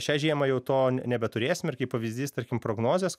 šią žiemą jau to nebeturėsim ir kaip pavyzdys tarkim prognozės